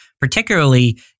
particularly